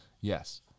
yes